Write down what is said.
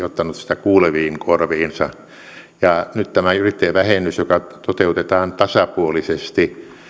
ottanut sitä kuuleviin korviinsa nyt tämä yrittäjävähennys joka toteutetaan tasapuolisesti